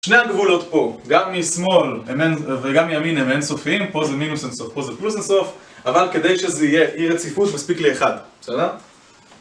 שני הגבולות פה, גם משמאל וגם מימין הם אינסופיים, פה זה מינוס אינסוף, פה זה פלוס אינסוף, אבל כדי שזה יהיה אי רציפות מספיק לי אחד, בסדר?